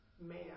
man